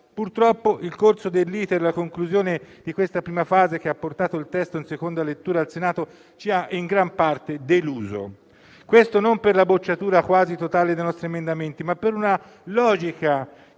Purtroppo il corso dell'*iter* e la conclusione di questa prima fase che ha portato il testo in seconda lettura al Senato ci ha in gran parte deluso; questo non per la bocciatura quasi totale dei nostri emendamenti, ma per la logica che